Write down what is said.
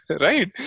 Right